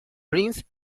prince